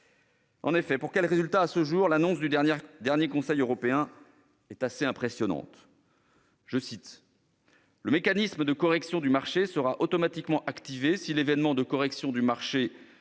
... Pour quel résultat à ce jour ? Le communiqué du dernier Conseil européen est impressionnant :« Le mécanisme de correction du marché sera automatiquement activé si " l'événement de correction du marché